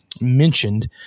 mentioned